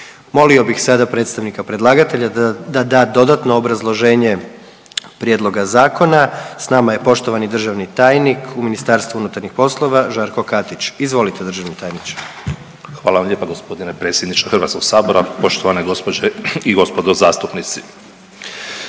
Molio bih sada predstavnika predlagatelja da da dodatno obrazloženje prijedloga zakona. S nama je poštovani državni tajnik u Ministarstvu unutarnjih poslova, Žarko Katić. Izvolite, državni tajniče. **Katić, Žarko** Hvala vam lijepa g. predsjedniče HS-a, poštovane gđe. i g. zastupnici.